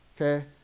Okay